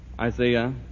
Isaiah